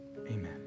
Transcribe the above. Amen